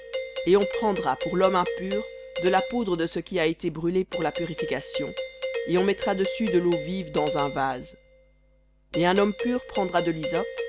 et on prendra pour l'homme impur de la poudre de ce qui a été brûlé pour la purification et on mettra dessus de l'eau vive dans un vase et un homme pur prendra de l'hysope